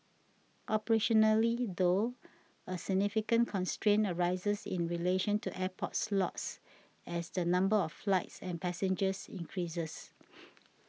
operationally though a significant constraint arises in relation to airport slots as the number of flights and passengers increases